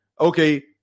okay